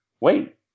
wait